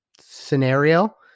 scenario